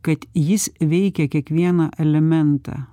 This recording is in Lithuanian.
kad jis veikia kiekvieną elementą